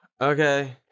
Okay